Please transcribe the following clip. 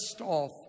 off